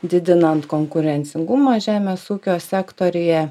didinant konkurencingumą žemės ūkio sektoriuje